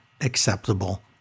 acceptable